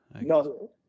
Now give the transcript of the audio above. No